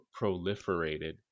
proliferated